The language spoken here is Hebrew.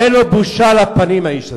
אין לו בושה על הפנים, האיש הזה.